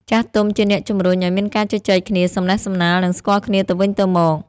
ចាស់ទុំជាអ្នកជំរុញឲ្យមានការជជែកគ្នា សំណេះសំណាល និងស្គាល់គ្នាទៅវិញទៅមក។